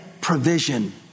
provision